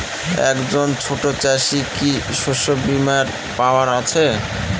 একজন ছোট চাষি কি শস্যবিমার পাওয়ার আছে?